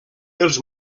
els